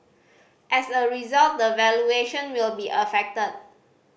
as a result the valuation will be affected